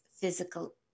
physical